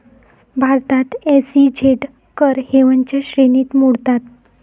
भारतात एस.ई.झेड कर हेवनच्या श्रेणीत मोडतात